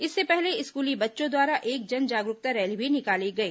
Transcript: इससे पहले स्कूली बच्चों द्वारा एक जन जागरूकता रैली भी निकाली गई